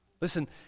Listen